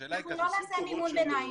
השאלה היא כזו --- אנחנו לא נעשה מימון ביניים,